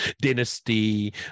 dynasty